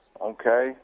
Okay